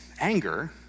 anger